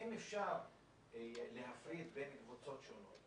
ואם אפשר להפריד בין קבוצות שונות,